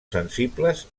sensibles